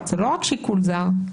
לא רק שיקול זר.